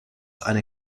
eine